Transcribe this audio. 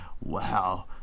wow